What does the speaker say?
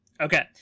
Okay